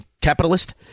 capitalist